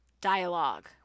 dialogue